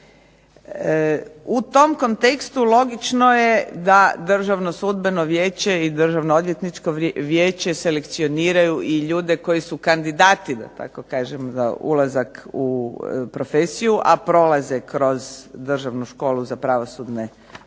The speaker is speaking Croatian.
U tom kontekstu logično je da Državno sudbeno vijeće i Državno odvjetničko vijeće selekcioniraju i ljude koji su kandidati da tako kažem za ulazak u profesiju, a prolaze kroz Državnu školu za pravosudne